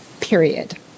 period